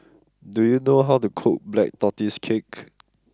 do you know how to cook Black Tortoise Cake